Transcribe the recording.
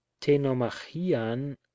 Tenomachian